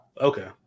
Okay